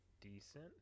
decent